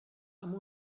amb